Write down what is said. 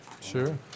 Sure